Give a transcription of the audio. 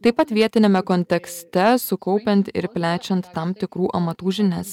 taip pat vietiniame kontekste sukaupiant ir plečiant tam tikrų amatų žinias